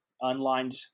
unlined